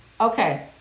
Okay